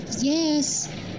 Yes